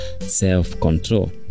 self-control